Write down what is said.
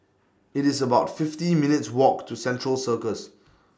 IT IS about fifty minutes' Walk to Central Circus